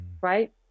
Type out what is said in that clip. right